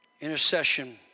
Intercession